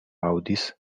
aŭdis